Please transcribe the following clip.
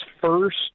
first